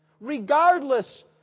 regardless